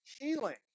healing